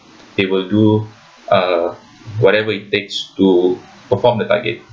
they will do uh whatever it takes to perform the target